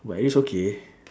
but it is okay